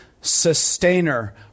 sustainer